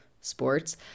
sports